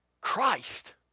Christ